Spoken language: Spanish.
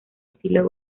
estilo